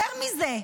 יותר מזה,